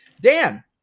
Dan